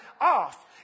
off